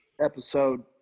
episode